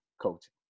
coaching